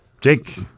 Jake